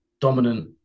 dominant